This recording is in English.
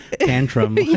tantrum